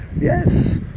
yes